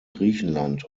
griechenland